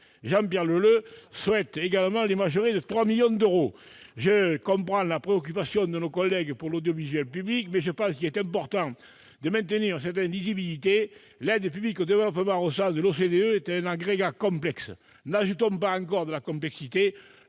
Jean-Pierre Leleux souhaite également les majorer de 3 millions d'euros. Je comprends la préoccupation de nos collègues pour l'audiovisuel public. Toutefois, il est important de maintenir une certaine lisibilité : l'aide publique au développement est, au sens de l'OCDE, un agrégat complexe. N'ajoutons pas de la complexité